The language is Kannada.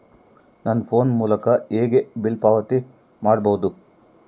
ನನ್ನ ಫೋನ್ ಮೂಲಕ ಹೇಗೆ ಬಿಲ್ ಪಾವತಿ ಮಾಡಬಹುದು?